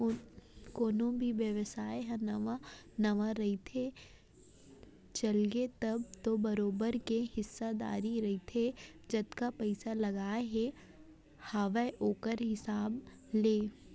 कोनो भी बेवसाय ह नवा नवा रहिथे, चलगे तब तो बरोबर के हिस्सादारी रहिथे जतका पइसा लगाय गे हावय ओखर हिसाब ले